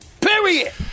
Period